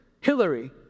Hillary